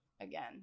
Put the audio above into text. again